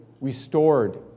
restored